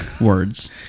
words